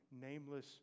nameless